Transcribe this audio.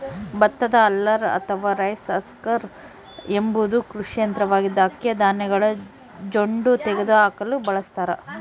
ಭತ್ತದ ಹಲ್ಲರ್ ಅಥವಾ rice husker ಎಂಬುದು ಕೃಷಿ ಯಂತ್ರವಾಗಿದ್ದು, ಅಕ್ಕಿಯ ಧಾನ್ಯಗಳ ಜೊಂಡು ತೆಗೆದುಹಾಕಲು ಬಳಸತಾರ